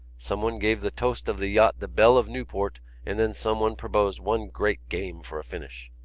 someone gave the toast of the yacht the belle of newport and then someone proposed one great game for a finish.